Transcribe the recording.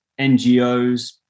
NGOs